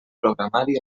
programari